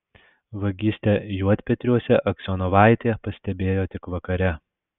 vagystę juodpetriuose aksionovaitė pastebėjo tik vakare